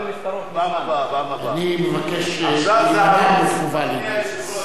אני מבקש להימנע מתגובה על עניין זה.